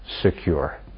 secure